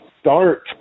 start